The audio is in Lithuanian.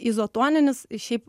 izotoninis šiaip